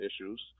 issues